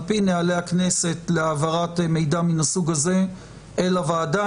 על פי נהלי הכנסת להעברת מידע מין הסוג הזה אל הוועדה,